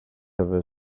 over